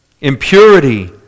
impurity